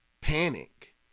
panic